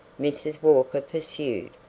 mrs. walker pursued.